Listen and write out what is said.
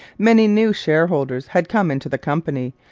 many new shareholders had come into the company,